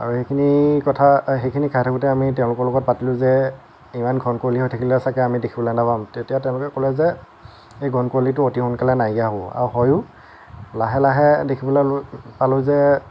আৰু সেইখিনি কথা সেইখিনি খাই থাকোঁতে আমি তেওঁলোকৰ লগত পাতিলোঁ যে ইমান ঘন কুঁৱলী হৈ থাকিলে চাগৈ আমি দেখিবলৈ নাপাম তেতিয়া তেওঁলোকে ক'লে যে সেই ঘন কুঁৱলীটো অতি সোনকালে নাইকীয়া হ'ব আৰু হয়ো লাহে লাহে দেখিবলৈ পালোঁ যে